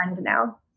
now